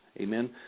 Amen